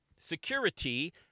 security